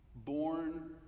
born